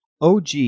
OG